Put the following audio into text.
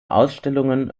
ausstellungen